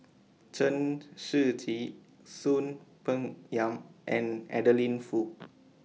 Chen Shiji Soon Peng Yam and Adeline Foo